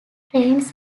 trains